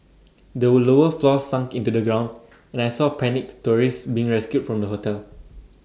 the lower floors sunk into the ground and I saw panicked tourists being rescued from the hotel